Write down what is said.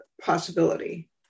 possibility